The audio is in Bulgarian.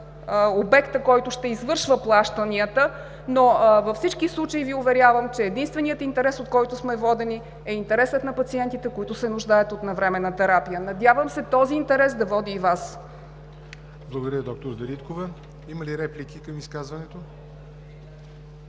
обекта, който ще извършва плащанията, но във всички случаи Ви уверявам, че единственият интерес, от който сме водени, е интересът на пациентите, които се нуждаят от навременна терапия. Надявам се този интерес да води и Вас. ПРЕДСЕДАТЕЛ ЯВОР НОТЕВ: Благодаря, д-р Дариткова. Има ли реплики към изказването?